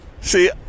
See